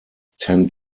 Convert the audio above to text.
ten